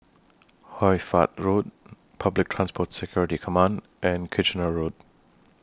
Hoy Fatt Road Public Transport Security Command and Kitchener Road